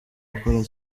gukora